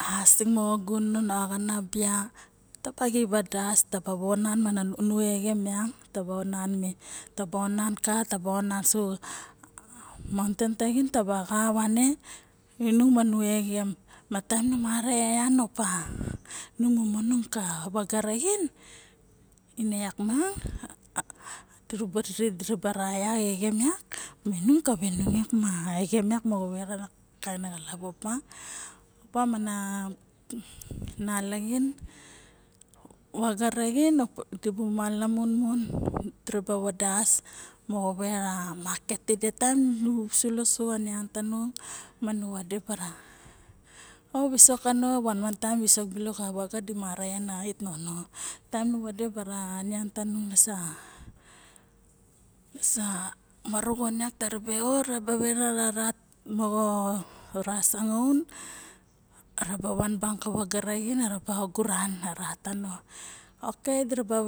Asing mo gunon axanabia taba xip odas taba onan ma nu exem taba onan meme taba onan ka taba onan su mauntain taxin taba xa vane inung ma nu exem ma taem nu ma ra e yan opa vos mo vaga raxin ine vak miang dirab ra exem ma nung kave nung yak ma exem yak mo vet na kain xilap ma opa mena nalaxin yaga raxin dibu malamon men diraba yadas mo vera market tidi taem di sulo su a nian ma nu vade bara o visok kano. Onei taem visok bulok dibu mara en ait nono vade bara nian tanung nasa maryxon yak yo eraba vera ra rat moxo ra sangaun raba van bang ka vaga raxin raba oguran tanung taba